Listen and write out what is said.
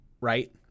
right